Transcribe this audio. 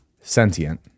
sentient